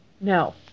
No